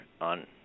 on